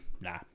nah